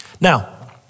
Now